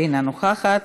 אינה נוכחת.